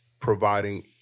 providing